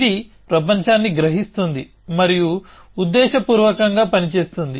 ఇది ప్రపంచాన్ని గ్రహిస్తుంది మరియు ఉద్దేశపూర్వకంగా పని చేస్తుంది